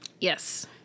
yes